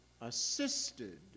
assisted